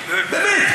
באמת,